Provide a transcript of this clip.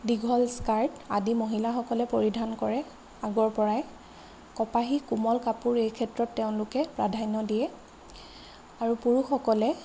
দীঘল স্কাৰ্ট আদি মহিলাসকলে পৰিধান কৰে আগৰ পৰাই কপাহী কোমল কাপোৰ এই ক্ষেত্ৰত তেওঁলোকে প্ৰাধান্য দিয়ে আৰু পুৰুষসকলে